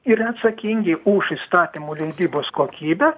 yra atsakingi už įstatymų leidybos kokybę